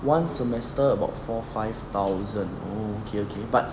one semester about four five thousand oh okay okay but